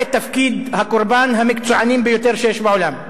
תפקיד הקורבן המקצוענים ביותר שיש בעולם.